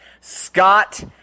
Scott